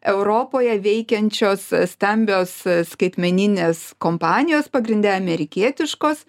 europoje veikiančios stambios skaitmeninės kompanijos pagrinde amerikietiškos